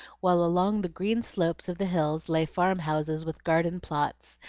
while along the green slopes of the hills lay farm-houses with garden plots,